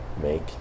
make